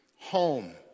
home